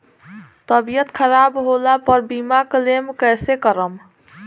तबियत खराब होला पर बीमा क्लेम कैसे करम?